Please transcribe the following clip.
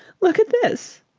look at this!